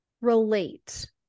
relate